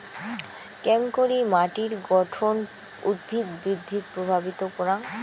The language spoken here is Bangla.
কেঙকরি মাটির গঠন উদ্ভিদ বৃদ্ধিত প্রভাবিত করাং?